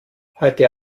heute